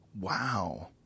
Wow